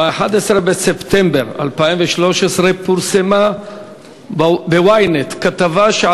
ב-11 בספטמבר 2013 פורסמה ב-ynet כתבה על